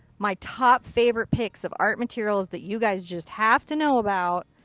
my top favorite picks of art materials that you guys just have to know about.